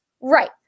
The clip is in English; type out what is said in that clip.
right